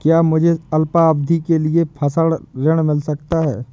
क्या मुझे अल्पावधि के लिए फसल ऋण मिल सकता है?